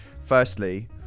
Firstly